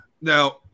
now